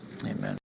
Amen